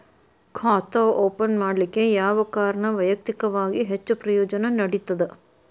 ಖಾತಾ ಓಪನ್ ಮಾಡಲಿಕ್ಕೆ ಯಾವ ಕಾರಣ ವೈಯಕ್ತಿಕವಾಗಿ ಹೆಚ್ಚು ಪ್ರಯೋಜನ ನೇಡತದ?